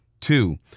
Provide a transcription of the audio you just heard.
Two